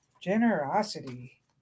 Generosity